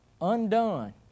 undone